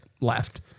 left